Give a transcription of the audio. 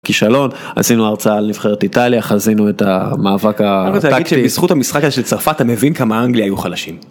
כישלון עשינו הרצאה לנבחרת איטליה חזינו את המאבק הטקטי בזכות המשחק של צרפת אתה מבין כמה אנגליה היו חלשים.